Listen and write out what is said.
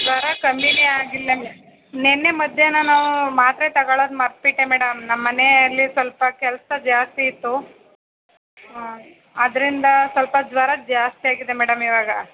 ಜ್ವರ ಕಮ್ಮೀನೆ ಆಗಿಲ್ಲ ನಿನ್ನೆ ಮಧ್ಯಾಹ್ನ ನಾವು ಮಾತ್ರೆ ತಗಳೋದು ಮರ್ತು ಬಿಟ್ಟೆ ಮೇಡಮ್ ನಮ್ಮ ಮನೆಯಲ್ಲಿ ಸ್ವಲ್ಪ ಕೆಲಸ ಜಾಸ್ತಿ ಇತ್ತು ಅದರಿಂದ ಸ್ವಲ್ಪ ಜ್ವರ ಜಾಸ್ತಿ ಆಗಿದೆ ಮೇಡಮ್ ಇವಾಗ